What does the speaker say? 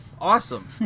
Awesome